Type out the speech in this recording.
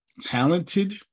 Talented